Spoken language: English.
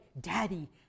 daddy